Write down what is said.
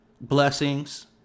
blessings